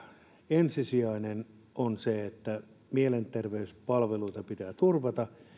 ensisijaista on se että mielenterveyspalveluita pitää turvata